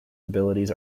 abilities